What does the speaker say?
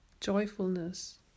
joyfulness